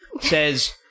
says